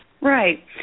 Right